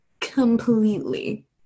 completely